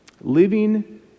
living